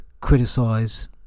criticise